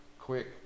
Quick